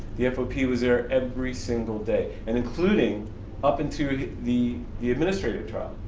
the fop was there every single day and including up into the the administrative trial.